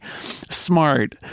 smart